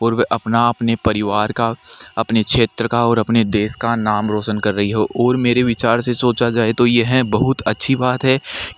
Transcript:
और वे अपना अपने परिवार का अपने क्षेत्र का और अपने देश का नाम रौशन कर रही हैं और मेरे विचार से सोचा जाए तो यह बहुत अच्छी बात है